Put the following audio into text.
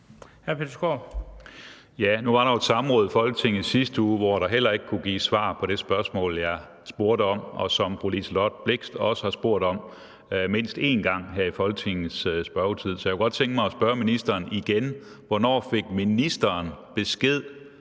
Hvornår fik ministeren besked